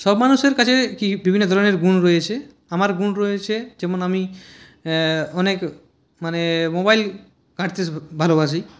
সব মানুষের কাছে কী বিভিন্ন ধরনের গুণ রয়েছে আমার গুণ রয়েছে যেমন আমি অনেক মানে মোবাইল ঘাঁটতে ভালোবাসি